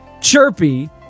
Chirpy